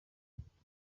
gutinza